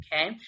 okay